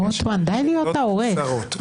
רוטמן, די להיות העורך.